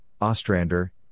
Ostrander